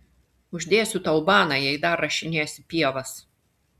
uždėsiu tau baną jei dar rašinėsi pievas